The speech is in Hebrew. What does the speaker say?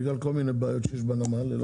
בגלל כל מיני בעיות שיש בנמל .